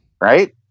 Right